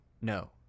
no